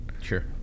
Sure